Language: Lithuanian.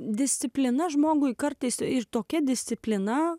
disciplina žmogui kartais ir tokia disciplina